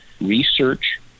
research